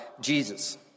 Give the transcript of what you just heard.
Jesus